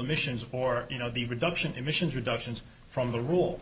emissions or you know the reduction in emissions reductions from the rule